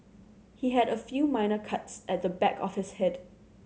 he had a few minor cuts at the back of his head